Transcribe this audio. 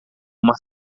uma